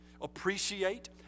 appreciate